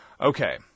Okay